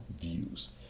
views